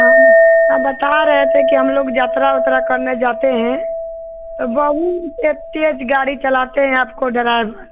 हम बता रहे थे कि हम लोग यात्रा ओत्रा करने जाते हैं तो बहुत एक तेज़ गाड़ी चलाते हैं आपको डराना